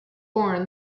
born